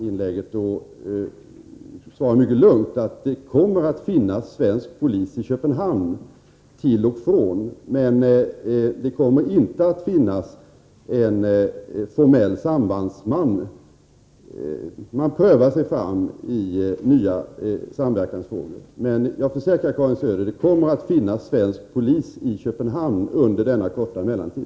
Jag vill då lugna Karin Söder med att det kommer att finnas svensk polis i Köpenhamn till och från, men det kommer inte att formellt finnas en sambandsman. Man prövar sig fram i nya samverkansformer, men jag försäkrar Karin Söder att det kommer att finnas svensk polis i Köpenhamn under denna korta mellantid.